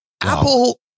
Apple